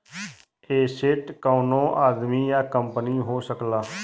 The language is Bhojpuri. एसेट कउनो आदमी या कंपनी हो सकला